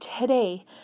today